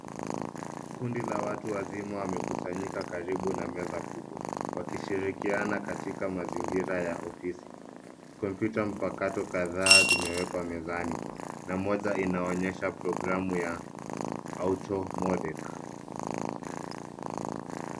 Kundi la watu wazima wamekusanyika karibu na meza kubwa, wakishirikiana katika mazingira ya ofisi. Kompyuta mpakato kadhaa zimewekwa mezani, na moja inaonyesha [program] ya [auto model].